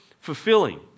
fulfilling